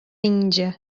índia